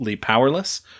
powerless